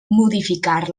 modificar